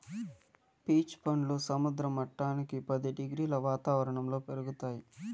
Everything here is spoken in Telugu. పీచ్ పండ్లు సముద్ర మట్టానికి పది డిగ్రీల వాతావరణంలో పెరుగుతాయి